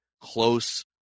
close